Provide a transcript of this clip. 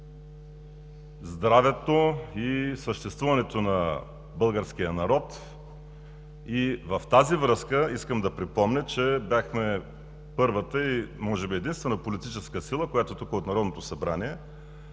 здравето и съществуването на българския народ. В тази връзка искам да припомня, че бяхме първата и може би единствена политическа сила, която тук, от Народното събрание,